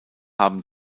haben